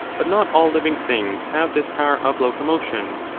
but not all living things have this power of locomotion.